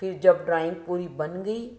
फिर जब ड्राइंग पूरी बन गई